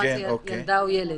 מה זה ילדה או ילד.